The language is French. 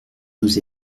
nous